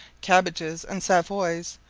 cabbages and savoys,